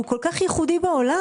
הוא כל כך ייחודי בעולם